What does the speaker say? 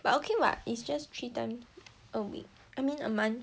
but okay what is just three times a week I mean a month